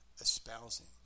espousing